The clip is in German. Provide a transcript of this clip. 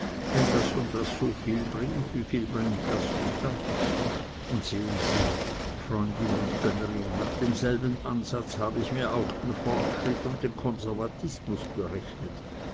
wenn das und das soviel bringt wieviel bringt das und das und sehen sie freundin und gönnerin nach demselben ansatz hab ich mir auch den fortschritt und den konservatismus berechnet